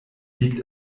liegt